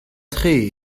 tre